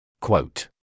Quote